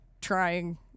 trying